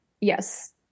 Yes